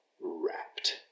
wrapped